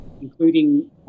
including